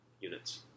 units